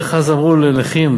איך אז אמרו לנכים,